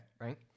Right